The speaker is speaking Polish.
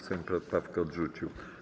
Sejm poprawkę odrzucił.